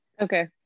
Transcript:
okay